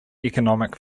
economic